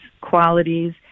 qualities